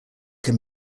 can